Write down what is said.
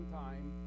time